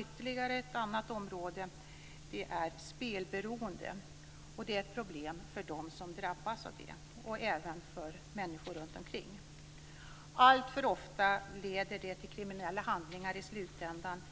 Ytterligare ett annat område är spelberoende. Det är ett problem för dem som drabbas av det och även för människor runt omkring. Alltför ofta leder det till kriminella handlingar i slutändan,